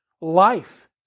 life